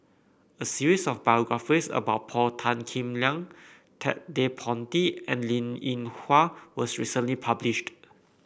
a series of biographies about Paul Tan Kim Liang Ted De Ponti and Linn In Hua was recently published